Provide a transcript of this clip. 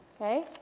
Okay